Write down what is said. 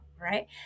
Right